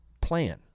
plan